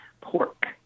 pork